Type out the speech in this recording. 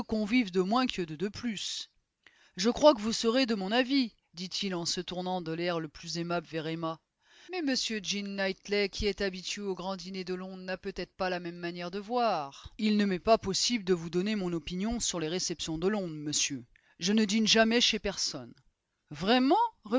convives de moins que deux de plus je crois que vous serez de mon avis dit-il en se tournant de l'air le plus aimable vers emma mais m jean knightley qui est habitué aux grands dîners de londres n'a peut-être pas la même manière de voir il ne m'est pas possible de vous donner mon opinion sur les réceptions de londres monsieur je ne dîne jamais chez personne vraiment